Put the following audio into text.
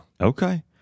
Okay